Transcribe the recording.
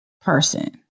person